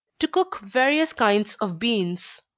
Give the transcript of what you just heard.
to cook various kinds of beans.